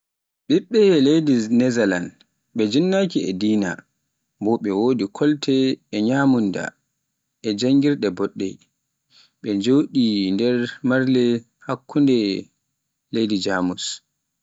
ɓiɓɓe leydi Nezalan, ɓe jinnaki e dina, bo ɓe wodi kolte e nyamunda e janngirde boɗɗe, ɓe njoɗe nder marle, hakkunde leydi Jamus.